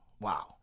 Wow